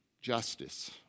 justice